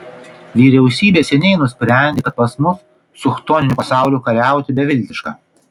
vyriausybė seniai nusprendė kad pas mus su chtoniniu pasauliu kariauti beviltiška